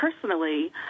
personally